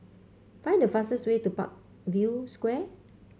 find the fastest way to Parkview Square